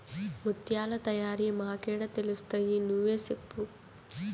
ముత్యాల తయారీ మాకేడ తెలుస్తయి నువ్వే సెప్పు